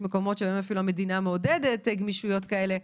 מקומות שהמדינה אפילו מעודדת גמישויות כאלה,